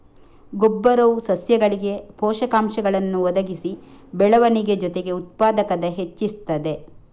ಗೊಬ್ಬರವು ಸಸ್ಯಗಳಿಗೆ ಪೋಷಕಾಂಶಗಳನ್ನ ಒದಗಿಸಿ ಬೆಳವಣಿಗೆ ಜೊತೆಗೆ ಉತ್ಪಾದಕತೆ ಹೆಚ್ಚಿಸ್ತದೆ